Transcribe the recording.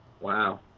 Wow